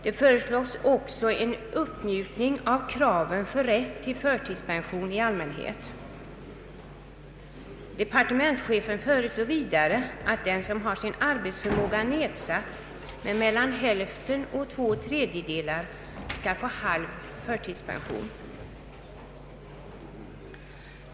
Det föreslås också en uppmjukning av kraven för rätt till förtidspension i allmänhet. Departementschefen föreslår vidare att den som har sin arbetsförmåga nedsatt med mellan hälften och två tredjedelar skall få halv förtidspension.